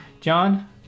John